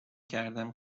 کردم